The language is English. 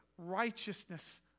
righteousness